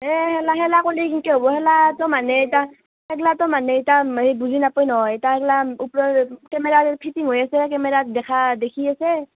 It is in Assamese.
এই সেগলা সেগলা কলি কেনকৈ হ'ব সেগলাতো মানুহে এটা সেগলাতো মানুহে ইতা মানে বুজি নেপায় নহয় এটা সেগলা ওপৰৰ কেমেৰা ফিটিং হৈ আছে কেমেৰাত দেখা দেখি আছে